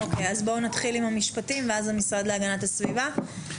בואו נתחיל עם המשפטים ואז המשרד להגנת הסביבה.